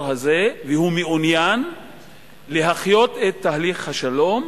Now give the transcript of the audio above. הזה והוא מעוניין להחיות את תהליך השלום.